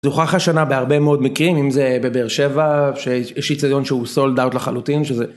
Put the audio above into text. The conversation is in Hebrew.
זה הוכח השנה בהרבה מאוד מקרים, אם זה בבאר שבע, שיש איצטדיון שהוא סולד אאוט לחלוטין, שזה...